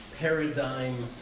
Paradigm